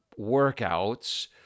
workouts